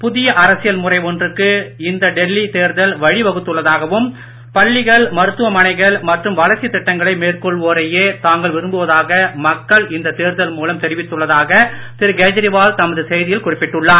புதிய அரசியல் முறை ஒன்றுக்கு இந்த டெல்லி தேர்தல் வழி வகுத்துள்ளதாகவும் பள்ளிகள் மருத்துவமனைகள் மற்றும் வளர்ச்சி திட்டங்களை மேற்கொள்வோரையே தாங்கள் விரும்புவதாக மக்கள் இந்த தேர்தல் மூலம் தெரிவித்துள்ளதாக திரு கெஜ்ரிவால் தமது செய்தியில் குறிப்பிட்டுள்ளார்